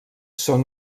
són